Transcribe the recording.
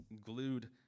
glued